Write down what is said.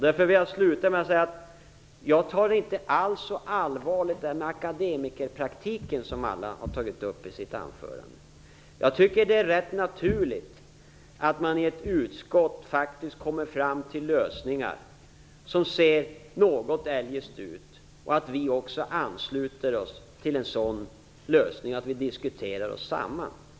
Jag vill sluta med att säga att jag inte alls tar så allvarligt på frågan om akademikerpraktiken, som många har tagit upp i sina anföranden. Jag tycker att det är rätt naturligt att man i ett utskott faktiskt kommer fram till lösningar som ser något eljest ut, och att vi diskuterar oss samman och ansluter oss till en sådan lösning.